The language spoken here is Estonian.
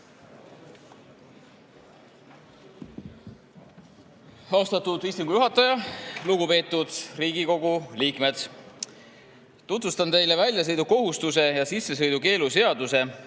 Austatud istungi juhataja! Lugupeetud Riigikogu liikmed! Tutvustan teile väljasõidukohustuse ja sissesõidukeelu seaduse,